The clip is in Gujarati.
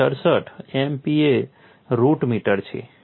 67 MPa રુટ મીટર છે